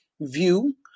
view